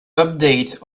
update